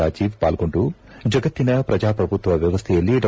ರಾಜೀವ್ ಪಾಲ್ಗೊಂಡು ಜಗತ್ತಿನ ಪ್ರಜಾಪ್ರಭುತ್ವ ವ್ಯವಸ್ಥೆಯಲ್ಲಿ ಡಾ